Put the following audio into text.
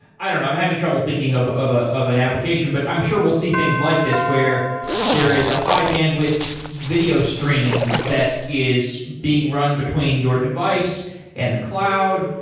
i don't know, i'm having trouble thinking of of ah an application, but i'm sure we'll see things like this, where there is a high bandwidth video stream that is being run between your device and the cloud,